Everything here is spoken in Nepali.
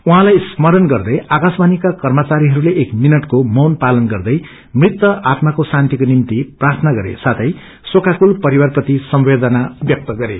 उहाँलाई स्मरण गर्दै आकाश्वाणी कर्मचारीहरूले एक मिनटको मीन पालन गर्दै मृत आत्माको शान्तिको निम्ति प्रार्थना गरे साथै शोकाकूल परिवार प्रति सम्वेदना व्यक्त गरे